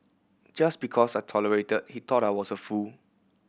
just because I tolerated he thought I was a fool